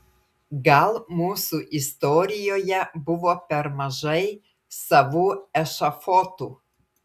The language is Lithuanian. gal mūsų istorijoje buvo per mažai savų ešafotų